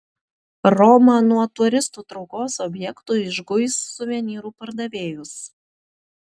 roma nuo turistų traukos objektų išguis suvenyrų pardavėjus